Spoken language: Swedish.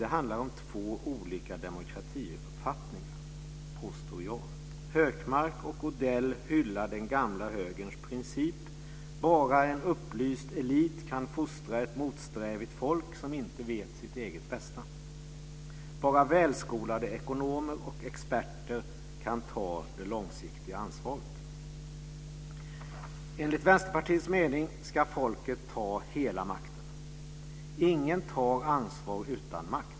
Det handlar om två olika demokratiuppfattningar, påstår jag. Hökmark och Odell hyllar den gamla högerns princip. Bara en upplyst elit kan fostra ett motsträvigt folk som inte vet sitt eget bästa. Bara välskolade ekonomer och experter kan ta det långsiktiga ansvaret. Enligt Vänsterpartiets mening ska folket ta hela makten. Ingen tar ansvar utan makt.